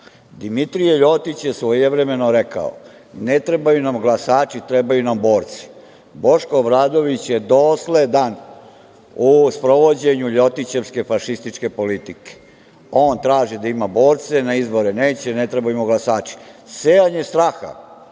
Dimitrije Ljotić je svojevremeno rekao – ne trebaju nam glasači, trebaju nam borci. Boško Obradović je dosledan ovom sprovođenju Ljotićevske fašističke politike. On traži da ima borce, na izbore neće, ne trebaju im glasači. Sejanje straha,